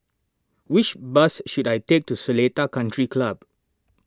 which bus should I take to Seletar Country Club